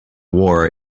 war